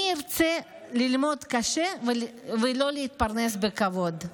מי ירצה ללמוד קשה ולא להתפרנס בכבוד?